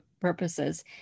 purposes